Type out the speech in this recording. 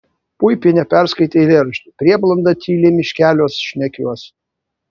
puipienė perskaitė eilėraštį prieblanda tyli miškeliuos šnekiuos